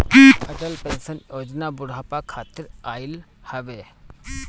Atal pension Yojana बुढ़ापा खातिर आईल हवे